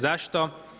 Zašto?